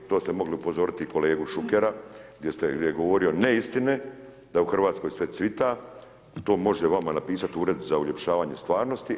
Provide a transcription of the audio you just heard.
To ste mogli upozoriti i kolegu Šukera gdje je govorio neistine da u Hrvatskoj sve cvita i to može vama napisati ured za uljepšavanje stvarnosti.